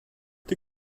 die